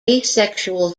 asexual